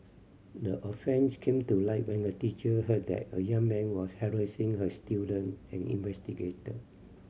the offence came to light when a teacher heard that a young man was harassing her student and investigated